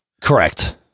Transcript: correct